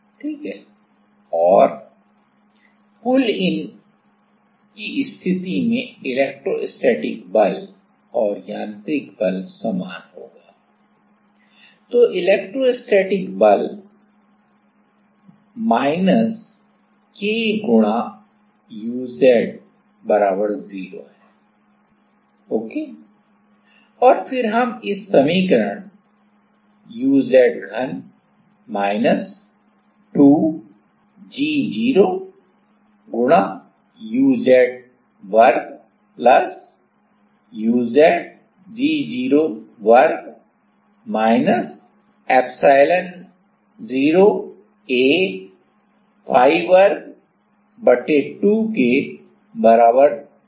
ठीक है और पुल इन की स्थिति में इलेक्ट्रोस्टैटिक बल और यांत्रिक बल समान होगा तो इलेक्ट्रोस्टैटिक बल माइनस K गुणा uz बराबर 0 है ठीक और फिर हम इस समीकरण लिख सकते हैं